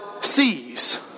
sees